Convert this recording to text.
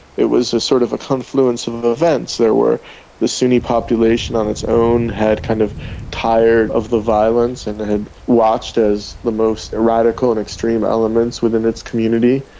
it was a sort of a confluence of of events. there were the sunni population on its own had kind of tired of the violence and had watched as the most radical and extreme elements within its community,